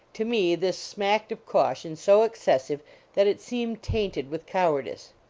to me this smacked of caution so excessive that it seemed tainted with cow ardice.